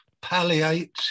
palliate